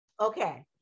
Okay